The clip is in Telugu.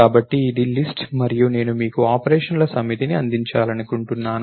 కాబట్టి ఇది లిస్ట్ మరియు నేను మీకు ఆపరేషన్ల సమితిని అందించాలనుకుంటున్నాను